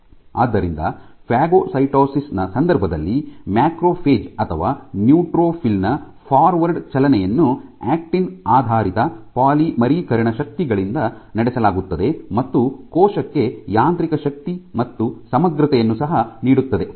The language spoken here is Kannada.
ಆದ್ದರಿಂದ ಫಾಗೊಸೈಟೋಸಿಸ್ ನ ಸಂದರ್ಭದಲ್ಲಿ ಮ್ಯಾಕ್ರೋಫೇಜ್ ಅಥವಾ ನ್ಯೂಟ್ರೋಫಿಲ್ ನ್ ಫಾರ್ವರ್ಡ್ ಚಲನೆಯನ್ನು ಆಕ್ಟಿನ್ ಆಧಾರಿತ ಪಾಲಿಮರೈಝೇಷನ್ ಶಕ್ತಿಗಳಿಂದ ನಡೆಸಲಾಗುತ್ತದೆ ಮತ್ತು ಕೋಶಕ್ಕೆ ಯಾಂತ್ರಿಕ ಶಕ್ತಿ ಮತ್ತು ಸಮಗ್ರತೆಯನ್ನು ಸಹ ನೀಡುತ್ತದೆ